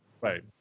Right